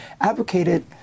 advocated